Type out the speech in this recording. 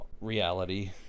reality